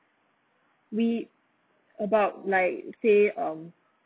we about like say um